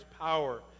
power